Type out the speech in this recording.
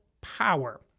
power